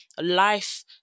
Life